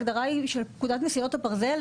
ההגדרה היא של פקודת מסילות הברזל,